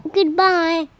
Goodbye